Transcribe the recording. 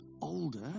older